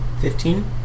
Fifteen